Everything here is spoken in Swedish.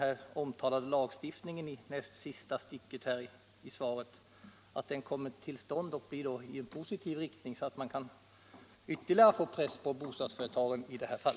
Är statsrådet villig medverka till